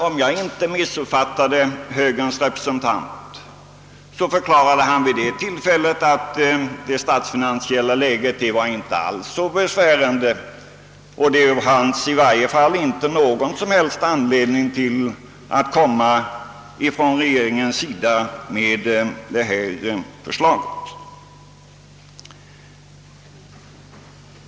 Om jag inte missuppfattade högerns representant förklarade han vid det tillfället att det statsfinansiella läget inte alls är så besvärande och att det i varje fall inte fanns anledning för regeringen att framlägga detta förslag om en ny statsbank.